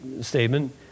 statement